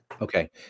Okay